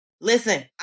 listen